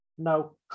No